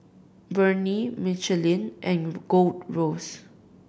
Burnie Michelin and Gold Roast